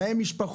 יש להם משפחות,